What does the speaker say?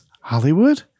Hollywood